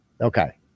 Okay